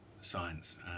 science